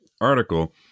article